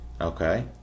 Okay